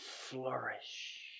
flourish